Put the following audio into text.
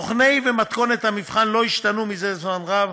תוכני ומתכונת המבחן לא השתנו זה זמן רב.